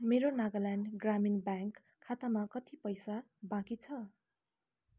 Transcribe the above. मेरो नागाल्यान्ड ग्रामीण ब्याङ्क खातामा कति पैसा बाँकी छ